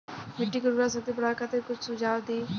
मिट्टी के उर्वरा शक्ति बढ़ावे खातिर कुछ सुझाव दी?